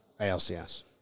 ALCS